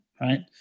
right